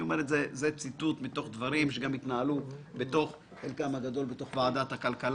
זה ציטוט מתוך דברים שהתנהלו בחלקם הגדול בתוך ועדת הכלכלה,